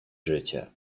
życie